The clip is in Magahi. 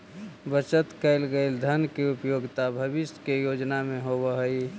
बचत कैल गए धन के उपयोगिता भविष्य के योजना में होवऽ हई